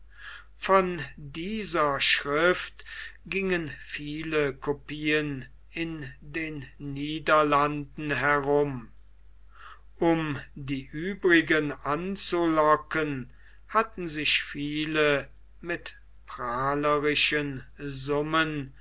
von dieser schrift gingen viele copien in den niederlanden herum um die uebrigen anzulocken hatten sich viele mit prahlerischen summen